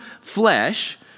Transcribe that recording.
flesh